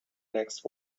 next